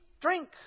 drink